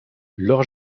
leurs